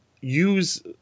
use